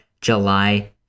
July